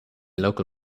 local